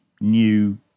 new